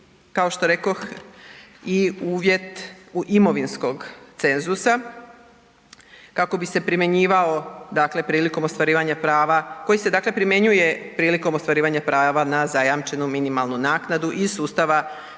kao što rekoh i uvjet imovinskog cenzusa koji se primjenjuje prilikom ostvarivanja prava na zajamčenu minimalnu naknadu iz sustava